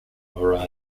orion